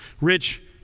rich